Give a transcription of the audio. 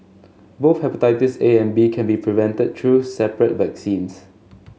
both hepatitis A and B can be prevented through separate vaccines